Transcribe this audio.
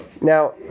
Now